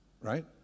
right